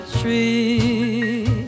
tree